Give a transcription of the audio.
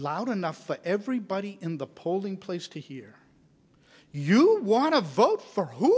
loud enough for everybody in the polling place to hear you want to vote for who